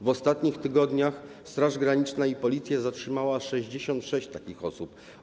W ostatnich tygodniach Straż Graniczna i Policja zatrzymały 66 takich osób.